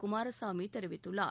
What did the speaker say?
குமாரசாமி தெரிவித்துள்ளார்